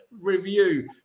review